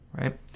Right